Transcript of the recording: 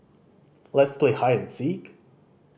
let's play hide and seek